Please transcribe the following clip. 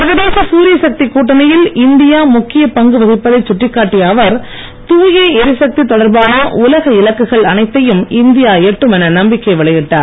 சர்வதேச சூரிய சக்திக் கூட்டணியில் இந்தியா முக்கிய பங்கு வகிப்பதை சுட்டிக்காட்டிய அவர் தாய எரிசக்தி தொடர்பான உலக இலக்குகள் அனைத்தையும் இந்தியா எட்டும் என நம்பிக்கை வெளியிட்டார்